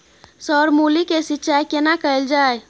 Sir मूली के सिंचाई केना कैल जाए?